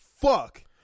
fuck